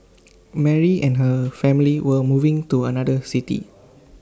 Mary and her family were moving to another city